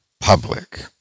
public